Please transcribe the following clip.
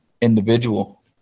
individual